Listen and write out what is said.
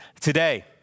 today